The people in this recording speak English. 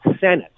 Senate